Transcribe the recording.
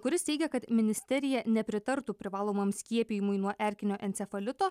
kuris teigia kad ministerija nepritartų privalomam skiepijimui nuo erkinio encefalito